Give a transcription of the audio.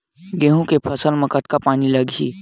गेहूं के फसल म कतका पानी लगही?